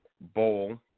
Bowl